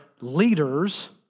leaders